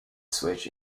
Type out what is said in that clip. switch